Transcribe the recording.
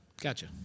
Gotcha